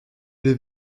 les